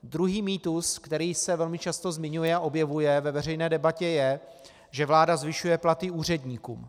Druhý mýtus, který se velmi často zmiňuje a objevuje ve veřejné debatě, je, že vláda zvyšuje platy úředníkům.